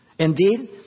Indeed